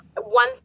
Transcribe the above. One